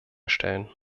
stellen